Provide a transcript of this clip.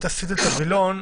לסעיף החיוניות,